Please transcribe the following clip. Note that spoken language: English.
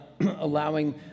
allowing